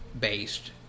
based